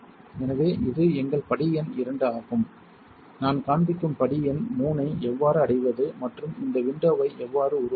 எனவே இது எங்கள் படி எண் 2 ஆகும் நான் காண்பிக்கும் படி எண் 3 ஐ எவ்வாறு அடைவது மற்றும் இந்த விண்டோவை எவ்வாறு உருவாக்குவது